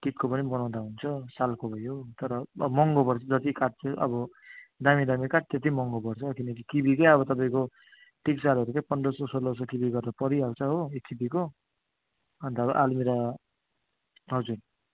टिकको पनि बनाउँदा हुन्छ सालको भयो तर अब महँगो पर्छ जति काठ चाहिँ अब दामी दामी काठ त्यति महँगो पर्छ किनकि किबीकै अब तपाईँको टिक सालहरूकै पन्ध्र सय सोह्र सय किबी गरेर परिहाल्छ हो एक किबीको अन्त आल्मिरा हजुर